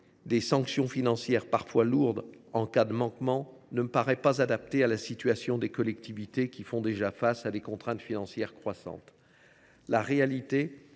des sanctions financières, parfois lourdes, en cas de manquement ne paraît pas adapté à leur situation, alors qu’elles font déjà face à des contraintes financières croissantes. La réalité